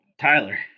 Tyler